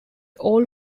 all